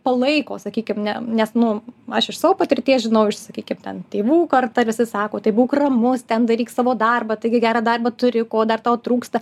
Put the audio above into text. palaiko sakykim ne nes nu aš iš savo patirties žinau iš sakykim ten tėvų kartą ir visi sako tai būk ramus ten daryk savo darbą taigi gerą darbą turi ko dar tau trūksta